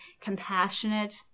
compassionate